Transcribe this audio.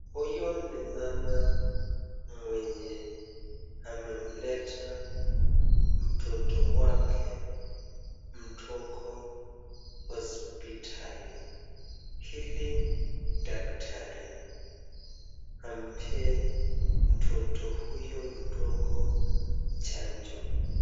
Huyu ni mama mwenye amemleta mtoto wake mdogo hospitali ili daktari ampee mtoto huyo mdogo chanjo.